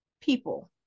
people